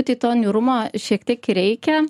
tai to niūrumo šiek tiek reikia